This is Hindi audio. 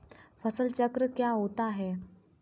फसल चक्र क्या होता है?